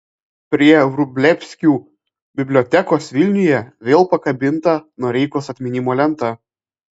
prie vrublevskių bibliotekos vilniuje vėl pakabinta noreikos atminimo lenta